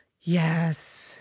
Yes